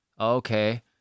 okay